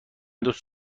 دوست